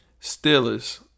Steelers